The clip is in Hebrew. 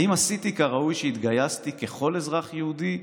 האם עשיתי כראוי שהתגייסתי ככל אזרח יהודי,